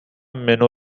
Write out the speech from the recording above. منو